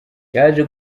yaje